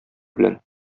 белән